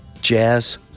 jazz